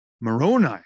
Moroni